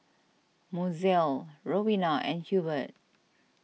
Mozelle Rowena and Hurbert